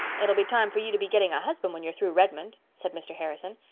it'll be time for you to be getting a husband when you're through redmond, said mr. harrison.